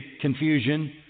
confusion